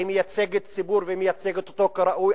היא מייצגת ציבור, ומייצגת אותו כראוי.